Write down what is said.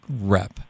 rep